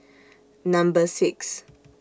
Number six